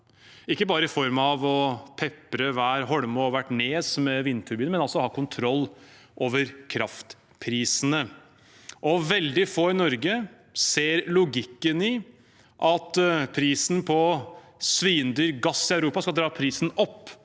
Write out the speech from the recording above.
ikke bare i form av å pepre hver holme og hvert nes med vindturbiner, men også å ha kontroll over kraftprisene. Veldig få i Norge ser logikken i at prisen på svindyr gass i Europa skal dra prisen opp